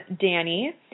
Danny